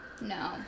No